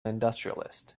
industrialist